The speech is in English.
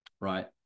right